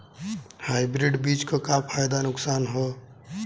Hybrid बीज क का फायदा नुकसान ह?